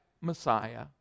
Messiah